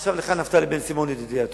עכשיו לך, בן-סימון, ידידי הטוב.